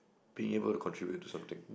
being able to contribute to something